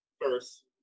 first